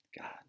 God